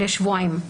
לשבועיים.